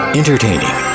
entertaining